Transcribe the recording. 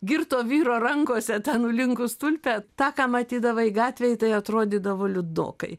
girto vyro rankose ta nulinkus tulpė tą ką matydavai gatvėj tai atrodydavo liūdnokai